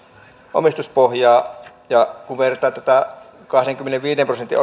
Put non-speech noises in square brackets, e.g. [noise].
omistuspohjaa ja kun vertaa tätä kahdenkymmenenviiden prosentin [unintelligible]